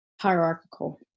hierarchical